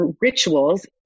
rituals